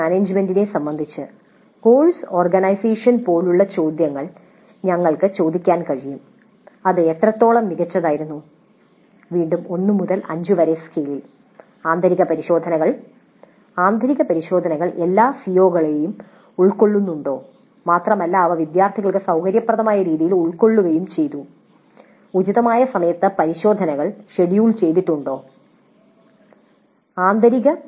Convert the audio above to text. course മാനേജുമെന്റിനെ സംബന്ധിച്ച് course organisation പോലുള്ള ചോദ്യങ്ങൾ ഞങ്ങൾക്ക് ചോദിക്കാൻ കഴിയും അത് എത്രത്തോളം മികച്ചതായിരുന്നു വീണ്ടും 1 മുതൽ 5 വരെ സ്കെയിലിൽ ആന്തരിക പരിശോധനകൾ ആന്തരിക പരിശോധനകൾ എല്ലാ സിഒകളെയും ഉൾക്കൊള്ളുന്നുണ്ടോ മാത്രമല്ല അവ വിദ്യാർത്ഥികൾക്ക് സൌകര്യപ്രദമായ രീതിയിൽ ഉൾക്കൊള്ളുകയും ചെയ്തു ഉചിതമായ സമയത്ത് പരിശോധനകൾ ഷെഡ്യൂൾ ചെയ്തിട്ടുണ്ടോ ആന്തരിക പരിശോധനകൾക്ക് നൽകിയ സമയം മതിയോ